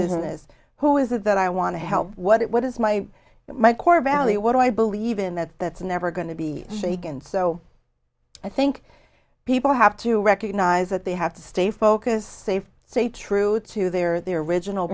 business who is it that i want to help what is my my core bally what do i believe in that that's never going to be shaken so i think people have to recognize that they have to stay focused safe say true to their their original